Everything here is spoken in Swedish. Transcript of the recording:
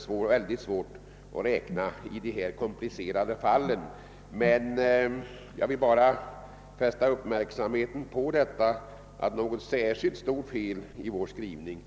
svårt att göra exakta beräkningar i dessa komplicerade sammanhang. Jag har endast velat fästa uppmärksamheten på att det inte är något särskilt stort fel med vår skrivning.